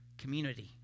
community